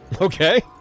Okay